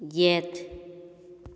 ꯌꯦꯠ